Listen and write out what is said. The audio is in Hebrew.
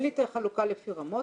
אין לי את החלוקה לפי רמות,